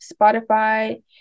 Spotify